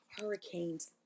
hurricanes